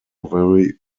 very